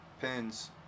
pins